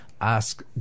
ask